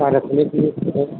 का रखने के लिए थोड़ो है